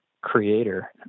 creator